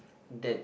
that